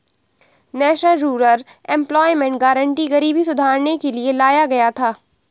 national rural employment guarantee गरीबी सुधारने के लिए लाया गया था